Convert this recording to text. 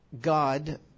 God